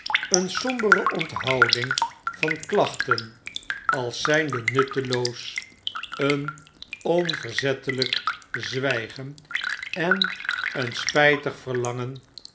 een sombere onthouding van klachten als zijnde nutteloos een onverzettelp zwijgen en een sptjtig verlangen